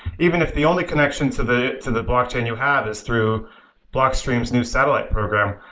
even if the only connections to the to the blockchain you have is through blockstream's new satellite program.